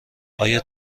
آیا